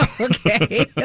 Okay